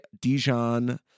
Dijon